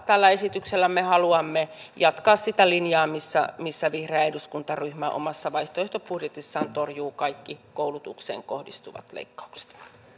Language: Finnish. tällä esityksellä me haluamme jatkaa sitä linjaa kun vihreä eduskuntaryhmä omassa vaihtoehtobudjetissaan torjuu kaikki koulutukseen kohdistuvat leikkaukset